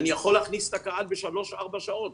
אני יכול להכניס את הקהל בשלוש-ארבע שעות,